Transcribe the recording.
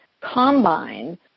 combine